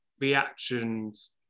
reactions